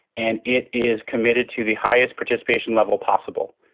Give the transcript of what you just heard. and it is committed to the highest participation level possible.